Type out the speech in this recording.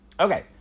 Okay